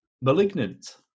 Malignant